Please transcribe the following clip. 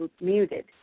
muted